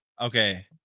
Okay